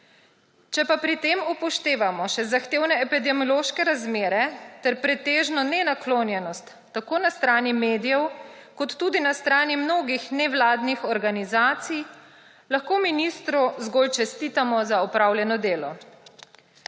Če pa pri tem upoštevamo še zahtevne epidemiološke razmere ter pretežno nenaklonjenost tako na strani medijev kot tudi na strani mnogih nevladnih organizacij, lahko ministru zgolj čestitamo za opravljeno delo.